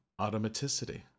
automaticity